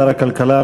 שר הכלכלה,